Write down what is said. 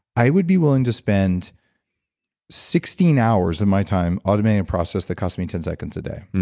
i would be willing to spend sixteen hours of my time automating a process that costs me ten seconds a day,